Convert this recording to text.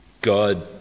God